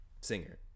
singer